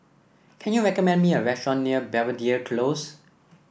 can you recommend me a restaurant near Belvedere Close